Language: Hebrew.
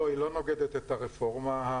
לא, היא לא נוגדת את הרפורמה הראשונה.